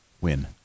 win